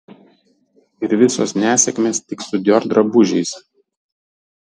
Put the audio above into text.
ir visos nesėkmės tik su dior drabužiais